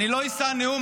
--- אני לא אשא נאום.